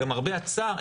למרבה הצער,